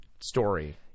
story